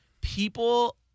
people